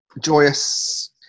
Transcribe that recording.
Joyous